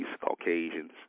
Caucasians